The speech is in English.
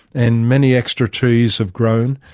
and many extra trees have grown.